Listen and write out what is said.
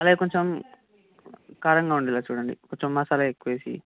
అలాగే కొంచెం కారంగా ఉండేలా చూడండి కొంచెం మసాలా ఎక్కువ వేసి